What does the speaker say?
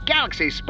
Galaxy